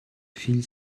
viel